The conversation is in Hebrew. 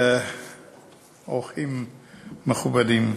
ואורחים מכובדים,